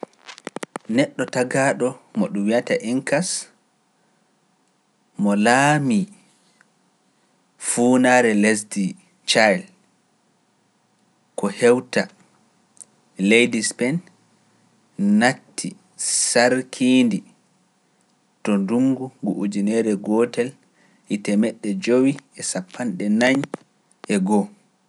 Neɗɗo tagaaɗo mo ɗum wiyata Enkas mo laamii fuunaare lesdi Ca'el, ko hewta leydi Spen natti sarkiindi to ndungu ngu ujaniere gootel hita e meɗɗe jowi e sappo e naañ e goo.